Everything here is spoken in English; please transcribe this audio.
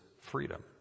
freedom